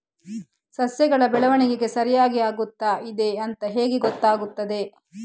ಸಸ್ಯಗಳ ಬೆಳವಣಿಗೆ ಸರಿಯಾಗಿ ಆಗುತ್ತಾ ಇದೆ ಅಂತ ಹೇಗೆ ಗೊತ್ತಾಗುತ್ತದೆ?